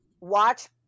watch